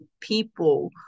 people